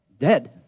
Dead